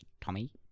Tommy